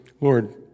Lord